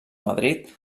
madrid